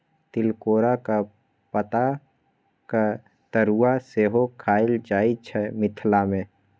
तिलकोराक पातक तरुआ सेहो खएल जाइ छै मिथिला मे